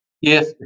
Yes